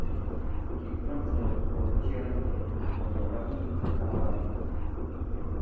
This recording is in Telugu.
చిట్ ఫండ్స్ లో పొదుపు చేయాలంటే ఎవరిని కలవాలి?